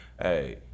hey